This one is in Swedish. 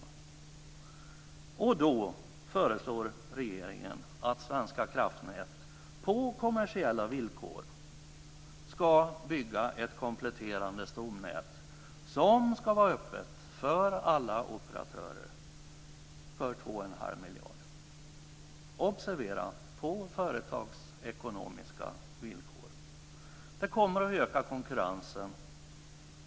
Regeringen föreslår att Svenska kraftnät, på kommersiella villkor, ska bygga ett kompletterande stomnät för två och en halv miljard som ska vara öppet för alla operatörer. Observera att det ska vara på företagsekonomiska villkor. Det kommer att öka konkurrensen.